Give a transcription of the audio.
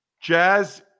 Jazz